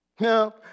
No